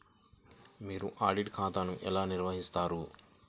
మీరు ఆడిట్ ఖాతాను ఎలా నిర్వహిస్తారు?